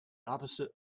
opposite